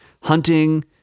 hunting